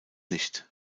nicht